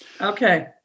Okay